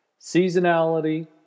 Seasonality